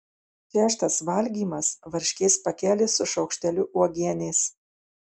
šeštas valgymas varškės pakelis su šaukšteliu uogienės